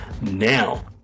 Now